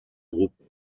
groupe